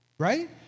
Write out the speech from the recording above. Right